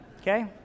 Okay